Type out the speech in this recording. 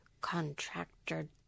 Contractor